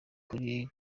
kuri